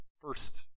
first